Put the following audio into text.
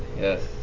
yes